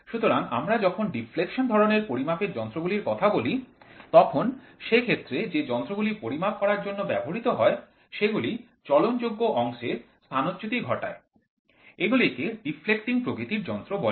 সুতরাং আমরা যখন ডিফ্লেকশন ধরণের পরিমাপের যন্ত্রগুলির কথা বলি তখন সেক্ষেত্রে যে যন্ত্রগুলি পরিমাপ করার জন্য ব্যবহৃত হয় সেগুলির চলনযোগ্য অংশের স্থানচ্যুতি ঘটায় এগুলিকে ডিফ্লেক্টিং প্রকৃতির যন্ত্র বলে